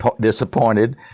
disappointed